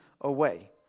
away